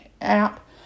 app